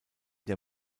der